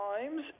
times